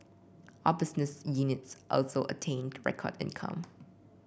all business units also attained record income